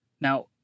Now